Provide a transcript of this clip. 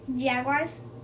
Jaguars